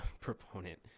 proponent